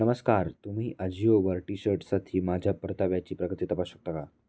नमस्कार तुम्ही अजिओवर टी शर्टसाठी माझ्या परताव्याची प्रगती तपासू शकता का